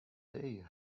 they